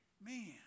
Man